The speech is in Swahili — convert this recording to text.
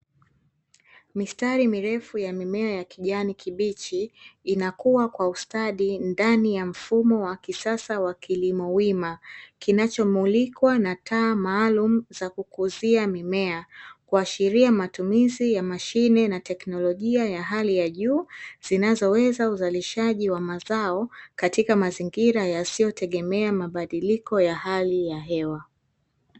Mistari mirefu ya mimea ya kijani kibichi, inakua kwa ustadi ndani ya mfumo wa kisasa wa kilimo wima kinachomulikwa na taa maalumu za kukuzia mimea; kuashiria matumizi ya mashine na teknolojia ya hali ya juu zinazoweza uzalishaji wa mazao katika mazingira yasiyotegemea mabadiliko ya hali ya hewa.